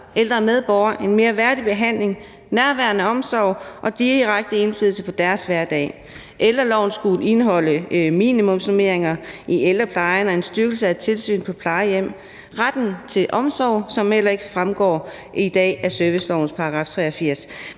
ældre medborgere en mere værdig behandling, nærværende omsorg og direkte indflydelse på deres hverdag. Ældreloven skulle indeholde minimumsnormeringer i ældreplejen, en styrkelse af tilsynet på plejehjem og retten til omsorg, som heller ikke fremgår i dag af servicelovens § 83.